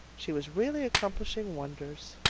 she was really accomplishing wonders.